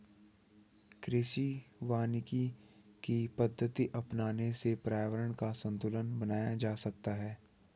कृषि वानिकी की पद्धति अपनाने से पर्यावरण का संतूलन बनाया जा सकता है